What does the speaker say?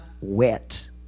wet